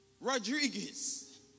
Rodriguez